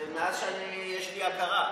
מאז שיש לי הכרה.